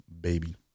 baby